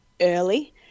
early